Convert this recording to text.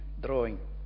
drawing